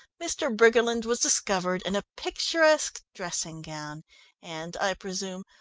mr. briggerland was discovered in a picturesque dressing gown and, i presume,